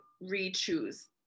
re-choose